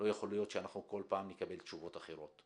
לא יכול להיות שאנחנו כל פעם נקבל תשובות אחרות.